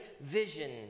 vision